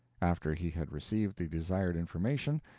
after he had received the desired information,